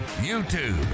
YouTube